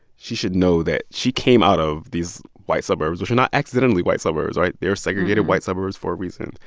she should know that she came out of these white suburbs which are not accidentally white suburbs, right? they are segregated white suburbs for a reason.